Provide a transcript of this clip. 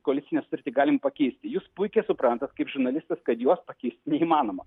koalicinę sutartį galim pakeisti jūs puikiai suprantat kaip žurnalistas kad jos pakeisti neįmanoma